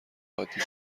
عادی